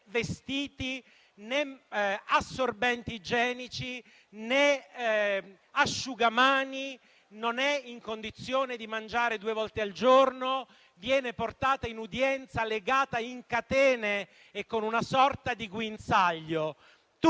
vestiti, né assorbenti igienici, né asciugamani. Non è in condizione di mangiare due volte al giorno; viene portata in udienza legata in catene e con una sorta di guinzaglio. Tutto